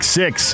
six